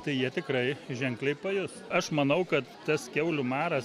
tai jie tikrai ženkliai pajus aš manau kad tas kiaulių maras